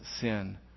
sin